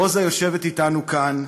רוזה יושבת אתנו כאן,